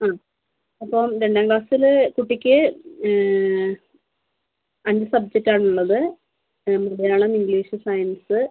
അപ്പോൾ രണ്ടാം ക്ലാസില് കുട്ടിക്ക് അഞ്ച് സബ്ജക്റ്റാണ് ഉള്ളത് മലയാളം ഇംഗ്ലീഷ് സയൻസ്